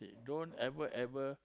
don't ever ever